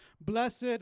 Blessed